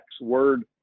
Word